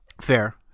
Fair